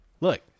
look